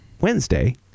Wednesday